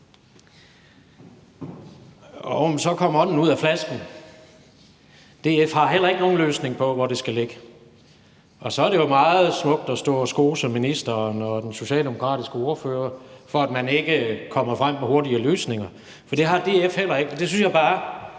men så kom ånden ud af flasken. DF har heller ikke nogen løsning på, hvor det skal ligge. Så er det jo meget smukt at stå og skose ministeren og den socialdemokratiske ordfører for, at man ikke kommer frem med hurtigere løsninger. Det har DF heller ikke. Og det synes jeg bare